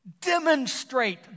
demonstrate